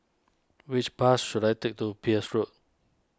which bus should I take to Peirce Road